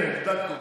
להצבעה.